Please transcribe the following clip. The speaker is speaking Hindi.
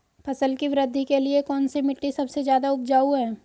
फसल की वृद्धि के लिए कौनसी मिट्टी सबसे ज्यादा उपजाऊ है?